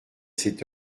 cette